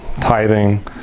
tithing